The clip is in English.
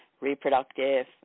reproductive